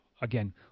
again